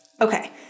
Okay